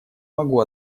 могу